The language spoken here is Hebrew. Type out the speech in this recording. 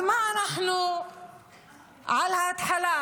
אז מה אנחנו מקבלים על ההתחלה?